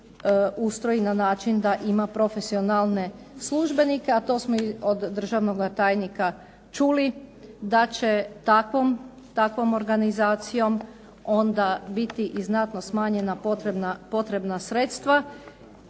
ustroji na način da ima profesionalne službenike a to smo od državnoga tajnika čuli da će takvom organizacijom onda biti i znatno smanjena potrebna sredstva